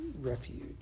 refuge